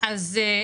הוא